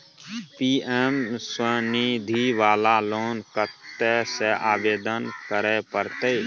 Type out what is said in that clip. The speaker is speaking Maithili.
पी.एम स्वनिधि वाला लोन कत्ते से आवेदन करे परतै?